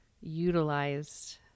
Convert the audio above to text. utilized